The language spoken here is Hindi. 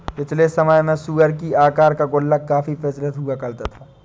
पिछले समय में सूअर की आकार का गुल्लक काफी प्रचलित हुआ करता था